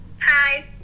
Hi